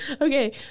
Okay